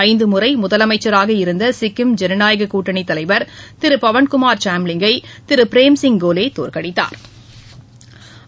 ஐந்து முறை முதலமைச்சராக இருந்த சிக்கிம் ஜனநாயக கூட்டணி தலைவர் திரு பவன்குமார் சாம்ளிங் யை திரு பிரேம்சிங் கோலே தோற்கடித்தாா்